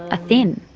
ah thin.